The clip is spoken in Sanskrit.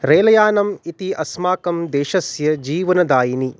रेलयानम् इति अस्माकं देशस्य जीवनदायिनी